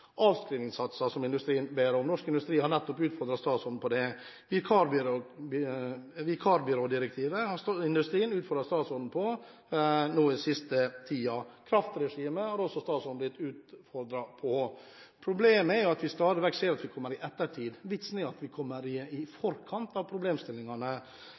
som industrien ber om. Norsk Industri har nettopp utfordret statsråden på det. Vikarbyrådirektivet har industrien i den siste tiden utfordret statsråden på. Kraftregimet har statsråden også blitt utfordret på. Problemet er at vi stadig vekk ser at vi kommer i etterkant. Vitsen er at vi kommer i forkant av problemstillingene.